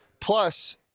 Plus